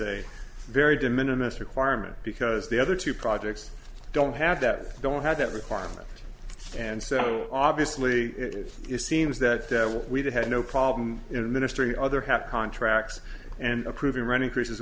a very diminished requirement because the other two projects don't have that don't have that requirement and so obviously it seems that we've had no problem in a ministry other have contracts and approving running courses